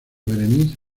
berenice